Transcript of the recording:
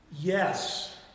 Yes